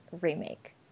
remake